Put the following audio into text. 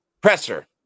Presser